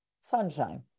sunshine